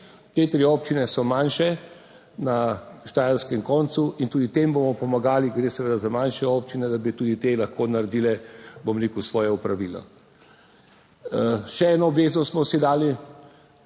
Te tri občine so manjše, na štajerskem koncu, in tudi tem bomo pomagali. Gre seveda za manjše občine, da bi tudi te lahko naredile, bom rekel, svoje opravilo. Še eno obvezo smo si dali.